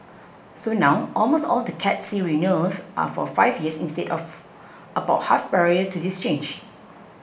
so now almost all the Cat C renewals are for five years instead of about half prior to this change